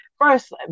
First